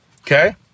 okay